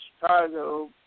Chicago